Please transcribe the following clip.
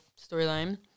storyline